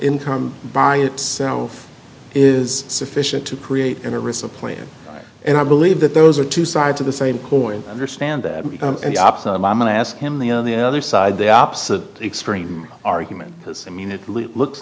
income by itself is sufficient to create interest of players and i believe that those are two sides of the same coin understand that i'm going to ask him the on the other side the opposite extreme argument because i mean it